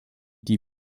die